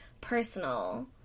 personal